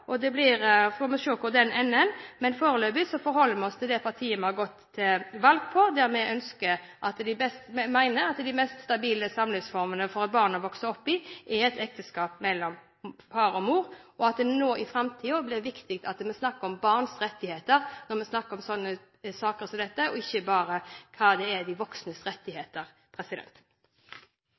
og så får vi se hvor den ender. Men foreløpig forholder vi oss til det partiprogrammet vi har gått til valg på, der vi mener at den mest stabile samlivsformen for barn å vokse opp i, er et ekteskap mellom far og mor, og at det nå i framtiden blir viktig at vi snakker om barns rettigheter når vi snakker om sånne saker som dette, og ikke bare om hva som er de voksnes rettigheter.